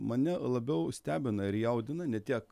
mane labiau stebina ir jaudina ne tiek